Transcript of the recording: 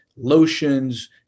lotions